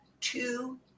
two